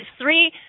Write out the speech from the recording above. three